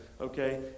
okay